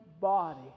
body